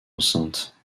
enceinte